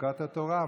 חוקת התורה,